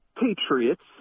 patriots